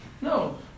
No